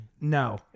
No